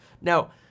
Now